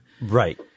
Right